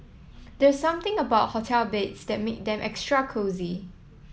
there's something about hotel beds that make them extra cosy